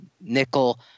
Nickel